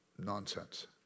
nonsense